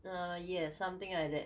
uh yes something like that